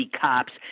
cops